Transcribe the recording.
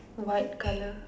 white colour